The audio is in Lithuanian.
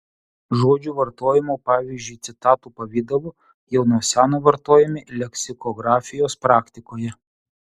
žodžių vartojimo pavyzdžiai citatų pavidalu jau nuo seno vartojami leksikografijos praktikoje